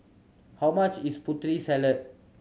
how much is Putri Salad